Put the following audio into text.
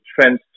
trends